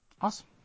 Awesome